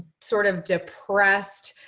sort of depressed,